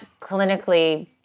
clinically